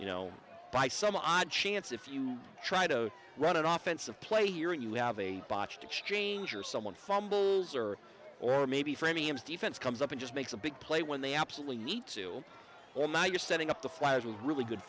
you know by some odd chance if you try to run it often supply here and you have a botched exchange or someone fumbles or or maybe framing is defense comes up and just makes a big play when they absolutely need to all now you're setting up the flyers really good